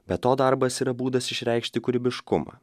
be to darbas yra būdas išreikšti kūrybiškumą